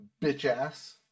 bitch-ass